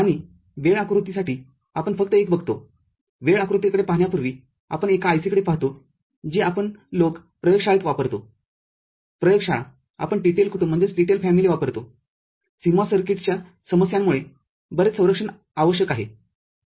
आणि वेळ आकृतीसाठीआपण फक्त एक बघतो वेळ आकृतीकडे पाहण्यापूर्वी आपण एका IC कडे पाहतो जी आपण लोक प्रयोगशाळेत वापरतोप्रयोगशाळा आपण TTL कुटुंबवापरतो CMOS सर्किटच्या समस्यांमुळे बरेच संरक्षण आवश्यक आहे